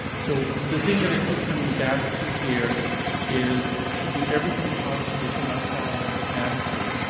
so, the thing that i keep coming back to here is to do everything possible to not fall into fantasy.